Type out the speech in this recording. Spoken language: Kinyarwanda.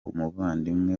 umuvandimwe